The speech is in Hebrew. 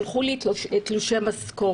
שלחו לי את תלושי המשכורת